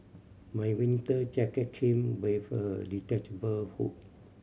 my winter jacket came with a detachable hood